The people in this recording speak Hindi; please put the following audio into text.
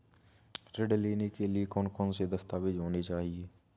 ऋण लेने के लिए कौन कौन से दस्तावेज होने चाहिए?